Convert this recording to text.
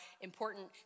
important